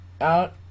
out